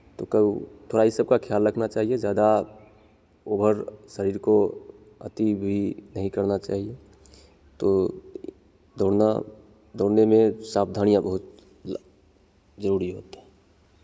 तो तव थोड़ा ई सब का ख्याल रखना चाहिए ज़्यादा ओवर शरीर को अति भी नहीं करना चाहिए तो दौड़ना दौड़ने में सावधानियाँ बहुत ल ज़रूरी होता है